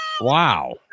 Wow